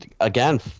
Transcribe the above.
again